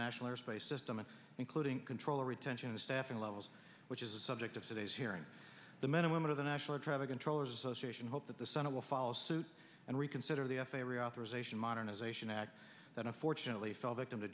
national airspace system including control retention staffing levels which is the subject of today's hearing the men and women of the national traffic controllers association hope that the senate will follow suit and reconsider the f a a reauthorization modernization act that unfortunately fell victim to